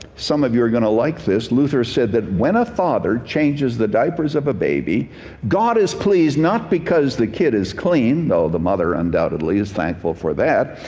some of you are going to like this. luther said that when a father changes the diapers of a baby god is pleased not because the kid is clean, though the mother undoubtedly is thankful for that,